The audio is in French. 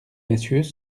messieurs